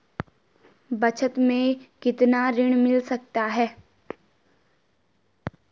बचत मैं कितना ऋण मिल सकता है?